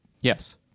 yes